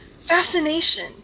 fascination